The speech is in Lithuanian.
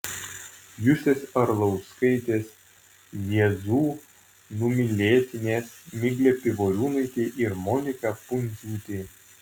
justės arlauskaitės jazzu numylėtinės miglė pivoriūnaitė ir monika pundziūtė